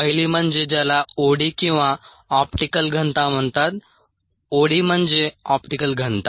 पहिली म्हणजे ज्याला ओडी किंवा ऑप्टिकल घनता म्हणतात ओडी म्हणजे ऑप्टिकल घनता